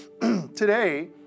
Today